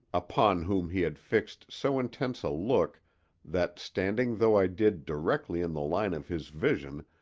upon whom he had fixed so intent a look that, standing though i did directly in the line of his vision,